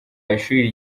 ishuri